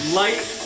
light